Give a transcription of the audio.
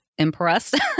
impressed